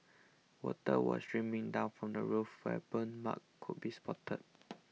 water was streaming down from the roof where burn marks could be spotted